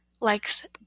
likes